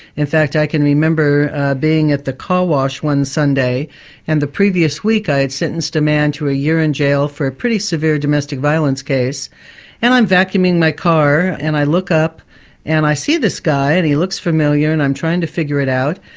in fact i can remember being at the carwash one sunday and the previous week i had sentenced a man to a year in jail for pretty severe domestic violence and i'm vacuuming my car and i look up and i see this guy, and he looks familiar, and i'm trying to figure it out,